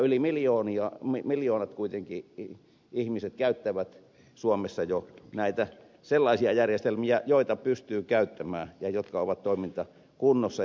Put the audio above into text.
yli miljoona ihmistä käyttää suomessa jo sellaisia järjestelmiä joita pystyy käyttämään ja jotka ovat toimintakunnossa